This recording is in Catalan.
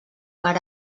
per